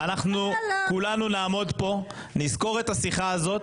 אני אומר לו: למה אתם נותנים קנס לאישה זקנה?